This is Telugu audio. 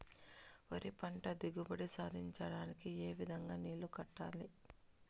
వరి పంట దిగుబడి సాధించడానికి, ఏ విధంగా నీళ్లు కట్టాలి?